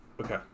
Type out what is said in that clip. okay